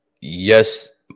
yes